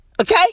Okay